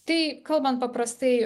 tai kalbant paprastai